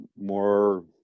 more